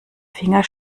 finger